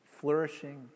Flourishing